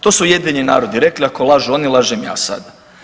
To su Ujedinjeni narodi rekli, ako lažu oni, lažem ja sad.